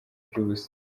iby’ubusa